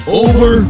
over